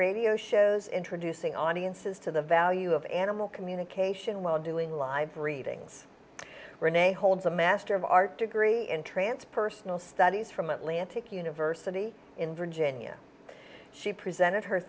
radio shows introducing audiences to the value of animal communication while doing live readings renee holds a master of art degree in transpersonal studies from atlantic university in virginia she presented her